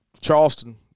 charleston